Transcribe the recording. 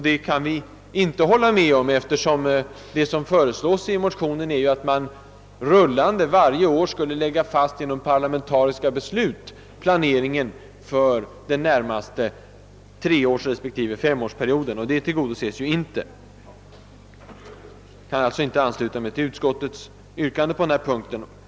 Det kan vi däremot inte hålla med om, eftersom det som föreslås i motionerna är att man rullande varje år genom parlamentariska beslut skulle lägga fast planeringen för den närmaste treårsrespektive femårsperioden. Detta önskemål tillgodoses ju inte. Jag kan alltså inte ansluta mig till utskottets uttalande på denna punkt.